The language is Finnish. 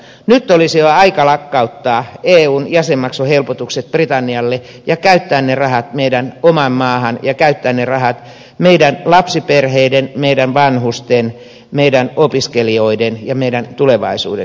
nyt olisi jo aika lakkauttaa eun jäsenmaksuhelpotukset britannialle ja käyttää ne rahat meidän omaan maahamme ja käyttää ne rahat meidän lapsiperheidemme meidän vanhustemme meidän opiskelijoidemme ja meidän tulevaisuutemme hyväksi